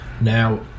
Now